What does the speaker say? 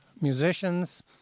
musicians